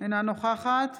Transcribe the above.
אינה נוכחת